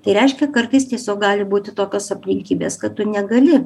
tai reiškia kartais tiesiog gali būti tokios aplinkybės kad tu negali